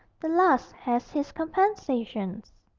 the last has his compensations.